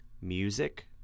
music